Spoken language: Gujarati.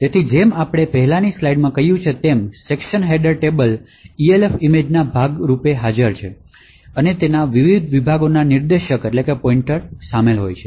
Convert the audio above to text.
તેથી જેમ આપણે પહેલાની સ્લાઈડમાં કહ્યું છે તેમ સેક્શન હેડર ટેબલ Elf ઇમેજનાં ભાગ રૂપે હાજર છે અને તેમાં વિવિધ વિભાગોના નિર્દેશક શામેલ છે